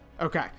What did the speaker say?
Okay